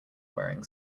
wearing